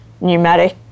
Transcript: pneumatic